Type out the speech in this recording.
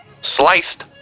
sliced